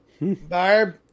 Barb